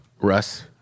Russ